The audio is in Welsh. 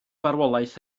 farwolaeth